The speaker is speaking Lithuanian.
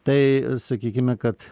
tai sakykime kad